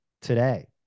today